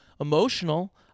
emotional